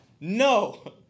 No